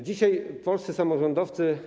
Dzisiaj polscy samorządowcy.